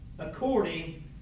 according